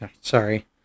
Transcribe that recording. sorry